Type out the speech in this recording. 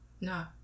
no